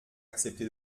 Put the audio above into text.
accepté